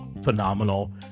Phenomenal